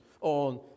on